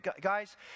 guys